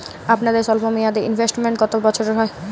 আপনাদের স্বল্পমেয়াদে ইনভেস্টমেন্ট কতো বছরের হয়?